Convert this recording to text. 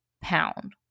pound